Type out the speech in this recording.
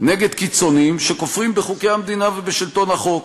"נגד קיצונים שכופרים בחוקי המדינה ובשלטון החוק.